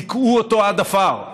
דיכאו אותו עד עפר.